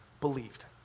believed